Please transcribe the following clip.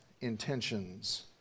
intentions